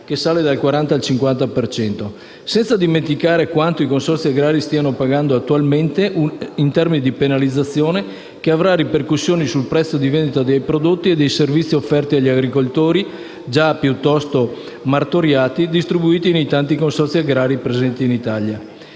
che sale dal 40 al 50 per cento. Non dimentichiamo poi quanto i consorzi agrari stanno attualmente pagando in termini di penalizzazione, che avrà ripercussioni sul prezzo di vendita dei prodotti e dei servizi offerti agli agricoltori, già piuttosto martoriati, distribuiti nei tanti consorzi agrari presenti in Italia.